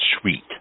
sweet